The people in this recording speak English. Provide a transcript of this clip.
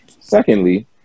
Secondly